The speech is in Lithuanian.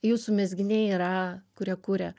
jūsų mezginiai yra kurie kuria